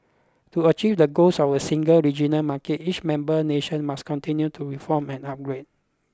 to achieve the goals of a single regional market each member nation must continue to reform and upgrade